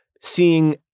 seeing